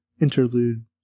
Interlude